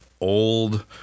old